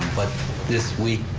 um but this week,